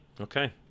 okay